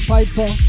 Piper